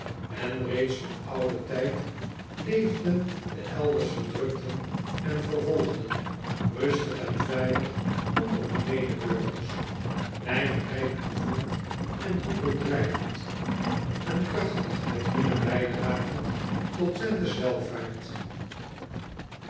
en reeds van ouden tijd leefden de elders verdrukten en vervolgden rustig en veilig onder hun medeburgers nijverheid oefenend en handel drijvend en krachtig het hunne bijdragend tot wenthe s welvaart